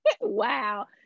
Wow